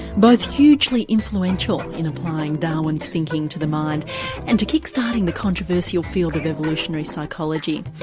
both hugely influential in applying darwin's thinking to the mind and to kick-starting the controversial field of evolutionary psychology.